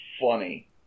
funny